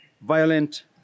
violent